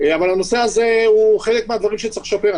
אבל הנושא הזה הוא חלק מהדברים שצריך לשפר.